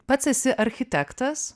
pats esi architektas